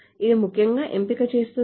ఇది ముందుగా ఎంపిక చేస్తుందా